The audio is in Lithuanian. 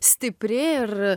stipri ir